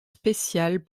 spéciales